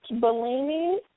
Bellini